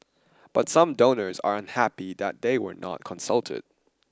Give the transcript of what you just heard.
but some donors are unhappy that they were not consulted